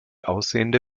aussehende